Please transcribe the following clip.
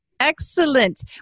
Excellent